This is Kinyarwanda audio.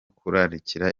kurarikira